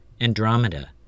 Andromeda